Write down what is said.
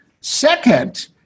Second